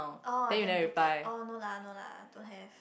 oh then blue tick oh no lah no lah don't have